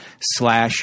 slash